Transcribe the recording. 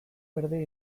berdea